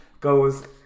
goes